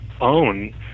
own